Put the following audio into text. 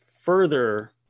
further